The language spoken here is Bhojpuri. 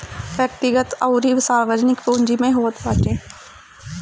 व्यक्तिगत अउरी सार्वजनिक पूंजी भी होत बाटे